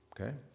okay